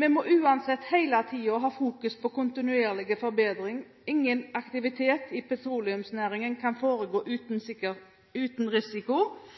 Vi må uansett hele tiden ha fokus på kontinuerlig forbedring. Ingen aktivitet i petroleumsnæringen kan foregå uten risiko,